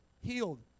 healed